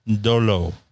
Dolo